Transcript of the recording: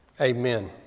amen